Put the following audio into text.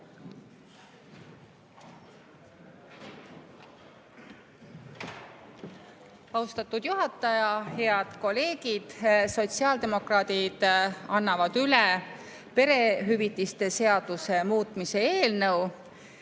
Austatud juhataja! Head kolleegid! Sotsiaaldemokraadid annavad üle perehüvitiste seaduse muutmise eelnõu.